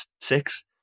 six